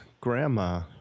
grandma